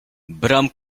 bram